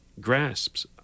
grasps